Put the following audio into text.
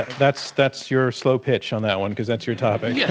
that's that's your slow pitch on that one, because that's your topic. yeah